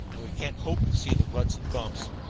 and we can't hope to see the ruts and bumps.